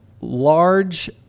large